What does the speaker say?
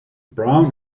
brown